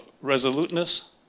resoluteness